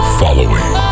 following